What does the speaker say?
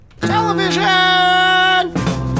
Television